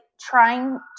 trying